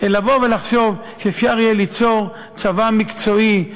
לחשוב שאפשר יהיה ליצור צבא מקצועי,